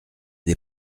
des